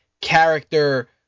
character